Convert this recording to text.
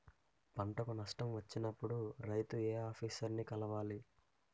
పంటకు నష్టం వచ్చినప్పుడు రైతు ఏ ఆఫీసర్ ని కలవాలి?